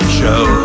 show